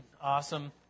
Awesome